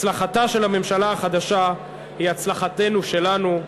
הצלחתה של הממשלה החדשה היא הצלחתנו שלנו,